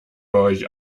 euch